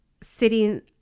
sitting